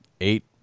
eight